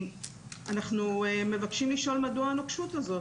אנחנו מבקשים לשאול, מדוע הנוקשות הזו?